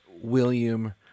William